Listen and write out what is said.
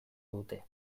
dute